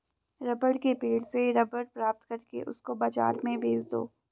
rubber के पेड़ से रबर प्राप्त करके उसको बाजार में बेच दो